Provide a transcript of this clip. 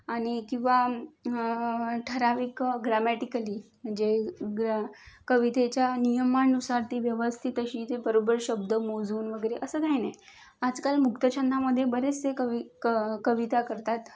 आणि किंवा ठरावीक ग्रामॅटिकली म्हणजे ग्र कवितेच्या नियमानुसार ती व्यवस्थित अशी ते बरोबर शब्द मोजून वगैरे असं काही नाही आजकाल मुक्तछंदामध्ये बरेचसे कवि क कविता करतात